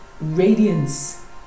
radiance